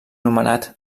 nomenat